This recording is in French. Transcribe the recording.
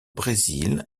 brésil